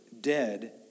dead